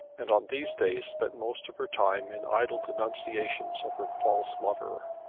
and on these days spent most of her time in idle denunciations of her false lover.